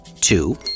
Two